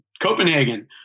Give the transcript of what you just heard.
Copenhagen